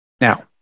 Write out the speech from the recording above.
Now